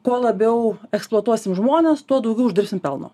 tuo labiau eksploatuosim žmones tuo daugiau uždirbsim pelno